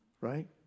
Right